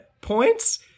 points